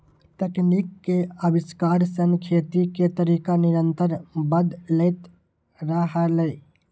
तकनीक के आविष्कार सं खेती के तरीका निरंतर बदलैत रहलैए